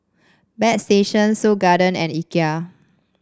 Bagstationz Seoul Garden and Ikea